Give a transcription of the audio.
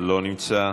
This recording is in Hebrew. לא נמצא,